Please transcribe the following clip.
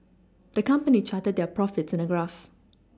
the company charted their profits in a graph